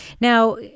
Now